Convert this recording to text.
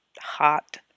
hot